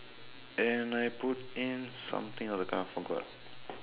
and then I put in something ah that time I forgot